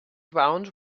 ground